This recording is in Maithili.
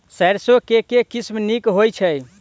सैरसो केँ के किसिम नीक होइ छै?